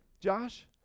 Josh